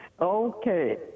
Okay